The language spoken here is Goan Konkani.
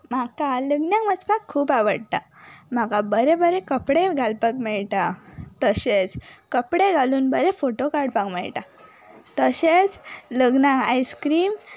म्हाका लग्नांग वचपाक खूब आवट्टा म्हाका बरे बरे कपडे घालपाक मेळटा तशेंच कपडे घालून बरे फोटो काडपाक मेळटा तशेंच लग्नाक आयस्क्रीम